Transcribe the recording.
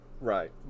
Right